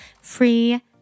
free